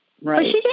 Right